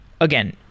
again